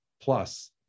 plus